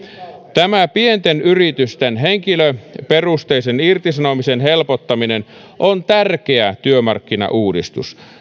tämä pienten yritysten henkilöperusteisen irtisanomisen helpottaminen on tärkeä työmarkkinauudistus